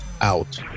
out